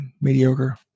mediocre